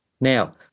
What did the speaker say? Now